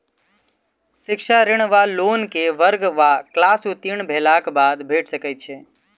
शिक्षा ऋण वा लोन केँ वर्ग वा क्लास उत्तीर्ण भेलाक बाद भेट सकैत छी?